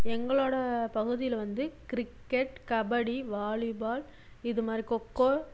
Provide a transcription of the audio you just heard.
எங்களோட பகுதியில் வந்து கிரிக்கெட் கபடி வாலிபால் இது மாதிரி கொக்கோ